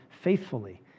faithfully